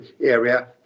area